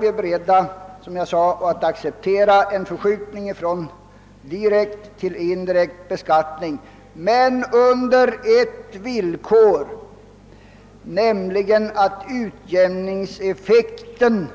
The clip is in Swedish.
Vi är också beredda att acceptera en förskjutning från direkt till indirekt beskattning, men under ett villkor, nämligen att utjämningseffekten